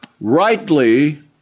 Rightly